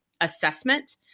assessment